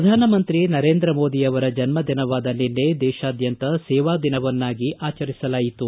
ಧಾನಮಂತ್ರಿ ನರೇಂದ್ರ ಮೋದಿ ಅವರ ಜನ್ಮದಿನವಾದ ನಿನ್ನೆ ದೇಶಾದ್ಯಂತ ಸೇವಾ ದಿನವನ್ನಾಗಿ ಆಚರಿಸಲಯಿತು